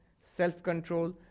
self-control